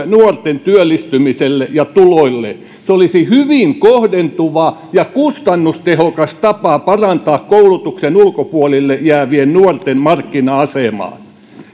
nuorten työllistymiselle ja tuloille se olisi hyvin kohdentuva ja kustannustehokas tapa parantaa koulutuksen ulkopuolelle jäävien nuorten markkina asemaa